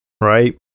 right